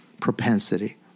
propensity